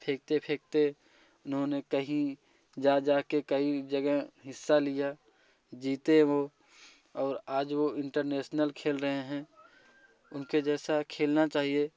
फेंकते फेंकते उन्होंने कहीं जा जाके कई जगह हिस्सा लिया जीते वो और आज वो इंटरनेसनल खेल रहे हैं उनके जैसा खेलना चाहिए